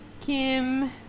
Kim